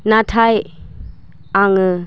नाथाय आङो